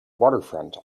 waterfront